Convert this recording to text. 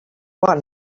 one